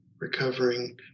recovering